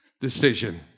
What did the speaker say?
decision